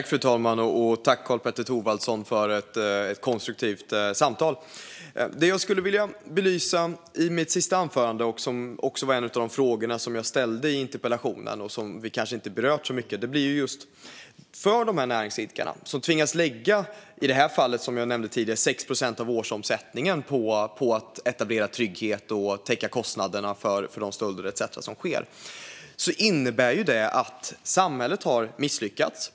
Fru talman! Tack, Karl-Petter Thorwaldsson, för ett konstruktivt samtal! Det jag skulle vilja belysa i mitt sista inlägg är också en av de frågor jag ställde i interpellationen och som vi kanske inte har berört så mycket. För de näringsidkare som tvingas lägga en del av årsomsättningen - i det fall jag nämnde tidigare var det hela 6 procent - på att etablera trygghet och täcka kostnader för de stölder etcetera som sker innebär det att samhället har misslyckats.